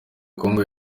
kongo